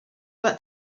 but